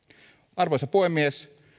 arvoisa puhemies